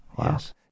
Yes